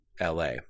LA